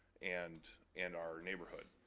and and our neighborhood.